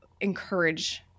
encourage